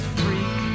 freak